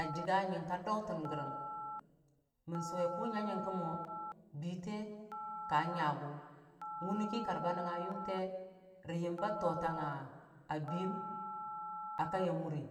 ajikga ying ka tautən gəri mən suwe kʊ nyake mwo biite ka nyagʊ wuni ki karba nɨngnga yote rə yimba totangnga biim a kai ya murə